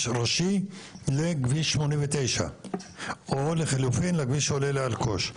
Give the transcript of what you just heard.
ראשי לכביש 89 או לחילופין לכביש שעולה לאלקוש.